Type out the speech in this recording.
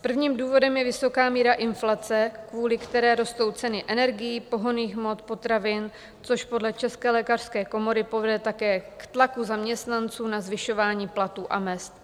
Prvním důvodem je vysoká míra inflace, kvůli které rostou ceny energií, pohonných hmot, potravin, což podle České lékařské komory povede také k tlaku zaměstnanců na zvyšování platů a mezd.